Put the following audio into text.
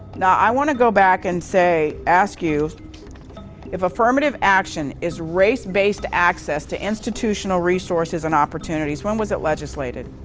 now, i want to go back and say, ask you if affirmative action is race-based access to institutional resources and opportunities, when was it legislated?